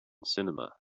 cinema